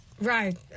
right